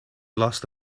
lost